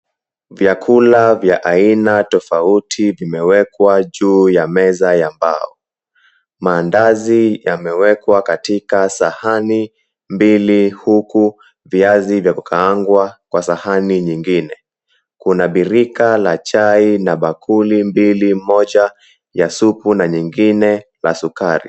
Vyakula vya aina tofauti vimewekwa juu ya meza ya mbao. Mandazi yamewekwa katika sahani mbili huku viazi vya kukaangwa kwa sahani nyingine. Kuna birika la chai na bakuli mbili, moja la supu la lingine la sukari.